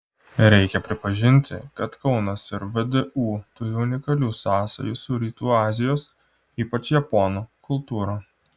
reikia pripažinti kad kaunas ir vdu turi unikalių sąsajų su rytų azijos ypač japonų kultūra